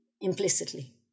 implicitly